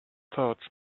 thoughts